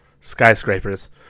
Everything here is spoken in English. skyscrapers